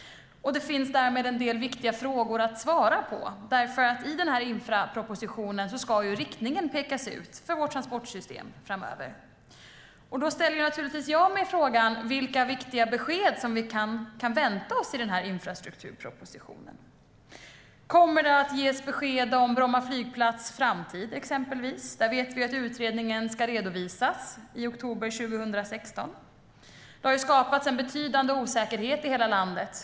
Det finns därmed en del viktiga frågor att svara på. I infrastrukturpropositionen ska riktningen pekas ut för vårt transportsystem framöver. Jag ställer mig frågan: Vilka viktiga besked kan vi vänta oss i infrastrukturpropositionen? Kommer det exempelvis att ges besked om Bromma flygplats framtid? Där vet vi att utredningen ska redovisas i oktober 2016. Det har skapats en betydande osäkerhet i hela landet.